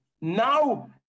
now